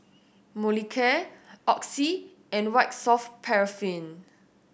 Molicare Oxy and White Soft Paraffin